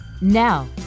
Now